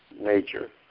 nature